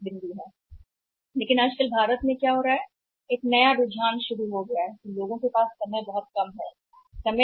लेकिन यहाँ इन दिनों भारत में क्या हो रहा है यह भी पता चल गया है कि लोगों का रुझान शुरू हो गया है समय की बहुत कम राशि